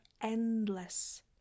endless